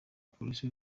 polisi